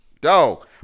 Dog